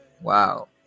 Wow